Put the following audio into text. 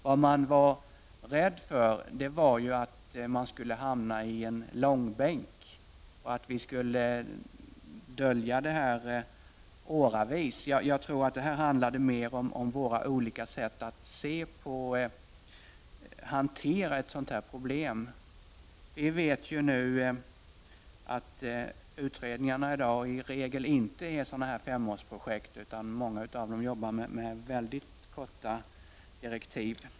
Det man var rädd för var att man skulle hamna i en långbänk och att vi skulle förhala frågan under åratal. Jag tror att det mer handlade om olika sätt att se på hanteringen av ett sådant problem. Vi vet att utredningar i dag i regel inte utgör några femårsprojekt, utan många av dem har mycket kortfattade direktiv.